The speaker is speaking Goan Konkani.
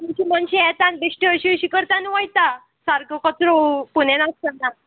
तुमची मनशां येतात बेश्टे अशीं अशीं करता आनी वयता सारको कचरो पुंजय नासतना